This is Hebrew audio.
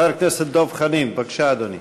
חבר הכנסת דב חנין, בבקשה, אדוני.